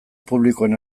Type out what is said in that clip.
publikoen